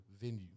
venue